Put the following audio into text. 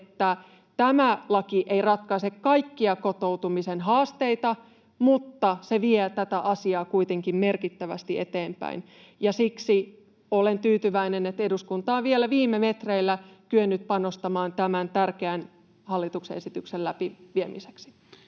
tämä laki ei ratkaise kaikkia kotoutumisen haasteita mutta se vie tätä asiaa kuitenkin merkittävästi eteenpäin. Siksi olen tyytyväinen, että eduskunta on vielä viime metreillä kyennyt panostamaan tämän tärkeän hallituksen esityksen läpiviemiseen.